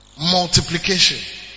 Multiplication